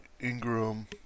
Ingram